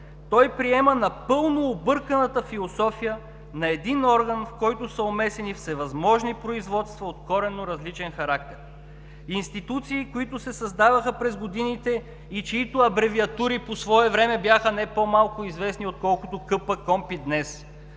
приема напълно обърканата философия на един орган, в който са омесени всевъзможни производства от коренно различен характер – институции, които се създаваха през годините и чиито абревиатури по свое време бяха не по-малко известни, отколкото КПКОНПИ днес.